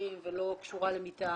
למכשירים ולא קשורה למיטה.